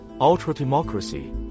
ultra-democracy